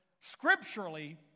scripturally